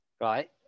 Right